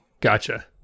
Gotcha